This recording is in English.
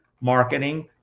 marketing